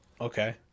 Okay